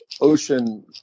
ocean